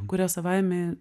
kurie savaime